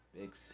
big